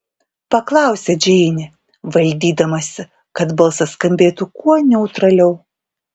paklausė džeinė valdydamasi kad balsas skambėtų kuo neutraliau